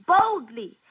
Boldly